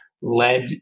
led